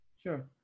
Sure